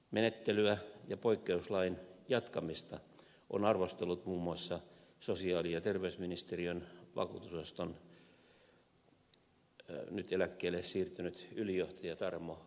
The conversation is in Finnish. menettelyä ja poikkeuslain jatkamista on arvostellut muun muassa sosiaali ja terveysministeriön vakuutusosaston nyt eläkkeelle siirtynyt ylijohtaja tarmo pukkila